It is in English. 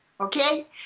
okay